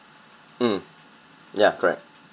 mm ya correct